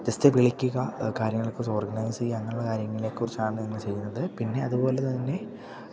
just വിളിക്കുക കാര്യങ്ങളെക്കുറിച്ച് organise ചെയ്യുക അങ്ങനെയുള്ള കാര്യങ്ങളെക്കുറിച്ചാണ് ഞങ്ങൾ ചെയ്യുന്നത് പിന്നെ അതുപോലെ തന്നെ